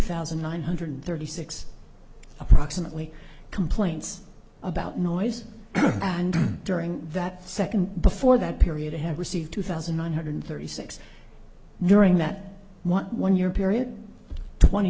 thousand nine hundred thirty six approximately complaints about noise and during that second before that period had received two thousand one hundred thirty six during that one year period twenty